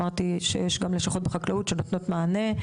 אמרתי שיש גם לשכות בחקלאות שנותנות מענה,